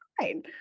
fine